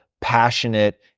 passionate